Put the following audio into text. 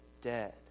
dead